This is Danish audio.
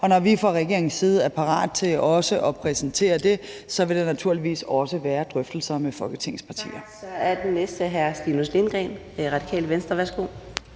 og når vi fra regeringens side er parate til at præsentere det, vil der naturligvis også være drøftelser med Folketingets partier.